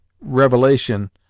revelation